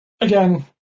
again